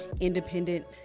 independent